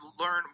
learn